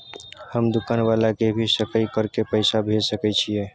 हम दुकान वाला के भी सकय कर के पैसा भेज सके छीयै?